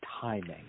timing